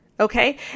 Okay